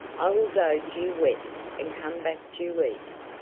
i will go due west and come back due east.